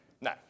No